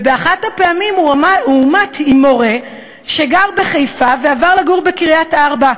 באחת הפעמים הוא עומת עם מורה שגר בחיפה ועבר לגור בקריית-ארבע,